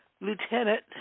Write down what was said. Lieutenant